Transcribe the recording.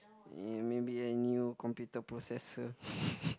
ya maybe a new computer processor